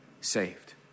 saved